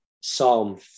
Psalm